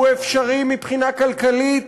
הוא אפשרי מבחינה כלכלית,